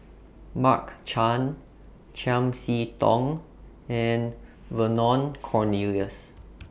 Mark Chan Chiam See Tong and Vernon Cornelius